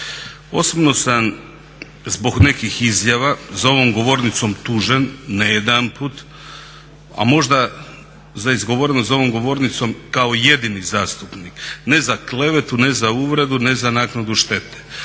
Osobno sam zbog nekih izjava za ovom govornicom tužen, ne jedanput, a možda za izgovoreno za ovom govornicom kao jedini zastupnik ne za klevetu, ne za uvredu, ne za naknadu štete.